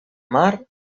mar